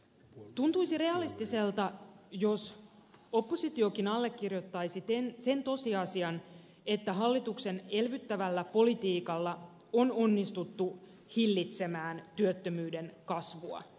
tuntuisi realistiselta jos oppositiokin allekirjoittaisi sen tosiasian että hallituksen elvyttävällä politiikalla on onnistuttu hillitsemään työttömyyden kasvua